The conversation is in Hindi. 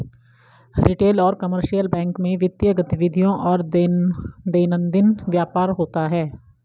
रिटेल और कमर्शियल बैंक में वित्तीय गतिविधियों और दैनंदिन व्यापार होता है